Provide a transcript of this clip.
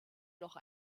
noch